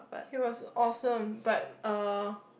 he was awesome but uh